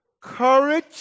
courage